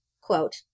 quote